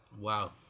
Wow